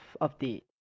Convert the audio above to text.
update